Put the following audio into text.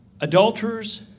adulterers